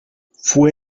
fue